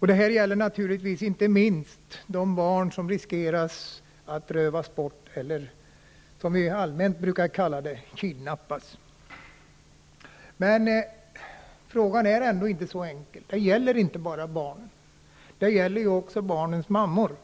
Det gäller naturligtvis inte minst de barn som riskerar att rövas bort eller, som vi allmänt brukar kalla det, kidnappas. Frågan är ändå inte så enkel. Det gäller inte bara barnen. Det gäller ju också barnens mammor.